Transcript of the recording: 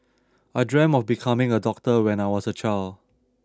I dreamt of becoming a doctor when I was a child